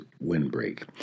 windbreak